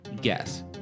Guess